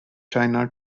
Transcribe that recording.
china